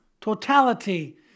totality